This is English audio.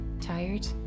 Tired